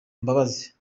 mbabazi